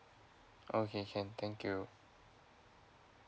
okay can thank you